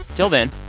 till then,